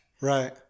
right